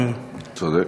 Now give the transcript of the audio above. אתה צודק.